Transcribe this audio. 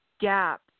gap